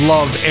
Love